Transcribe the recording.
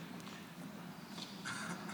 אגב,